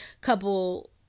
couple